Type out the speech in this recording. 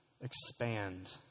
expand